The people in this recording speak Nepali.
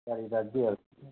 साँढे दाजी हाल्छ